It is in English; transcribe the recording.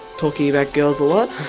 talking about girls a lot.